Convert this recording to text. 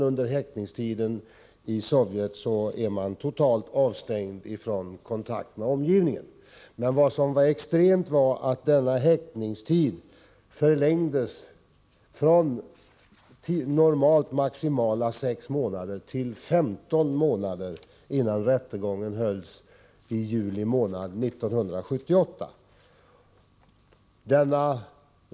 Under häktningstiden är man i Sovjet totalt avstängd från kontakt med omgivningen. Vad som var extremt var att häktningstiden förlängdes från normalt maximala 6 månader till 15 månader, innan rättegången hölls i juli månad 1978.